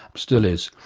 still is.